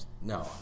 no